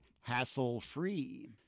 hassle-free